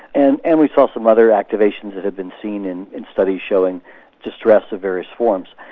and and we saw some other activations that had been seen in in studies showing distress of various forms.